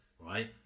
Right